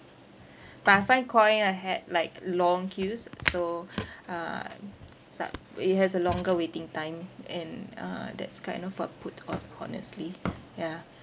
but I find Koi I had like long queues so uh suck it has a longer waiting time and uh that's kind of a put off honestly yeah